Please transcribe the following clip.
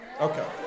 Okay